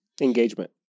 Engagement